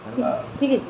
ହଁ ଠିକ୍ ଅଛି